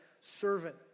servant